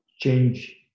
change